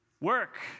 Work